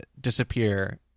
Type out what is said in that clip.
disappear